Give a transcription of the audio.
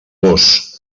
vós